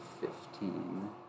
fifteen